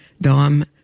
Dom